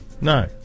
no